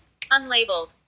unlabeled